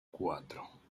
cuatro